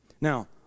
Now